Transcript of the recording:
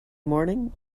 morning